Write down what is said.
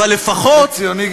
הוא יהיה ציוני.